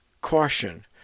caution